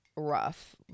rough